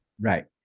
Right